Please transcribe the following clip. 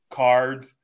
cards